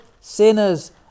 sinners